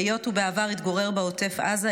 היות שבעבר התגורר בעוטף עזה,